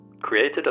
Created